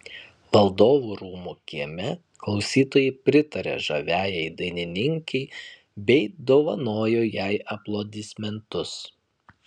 valdovų rūmų kieme klausytojai pritarė žaviajai dainininkei bei dovanojo jai aplodismentus